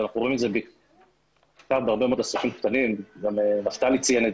ואנחנו רואים את זה בהרבה מאוד עסקים קטנים גם נפתלי ציין את